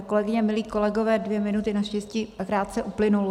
Milé kolegyně, milí kolegové, dvě minuty naštěstí krátce uplynou.